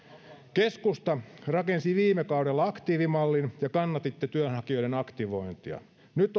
keskusta rakensi viime kaudella aktiivimallin ja kannatitte työnhakijoiden aktivointia nyt